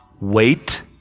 wait